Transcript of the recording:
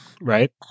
right